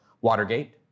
Watergate